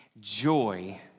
joy